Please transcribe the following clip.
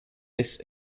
this